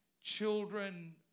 children